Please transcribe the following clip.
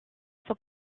for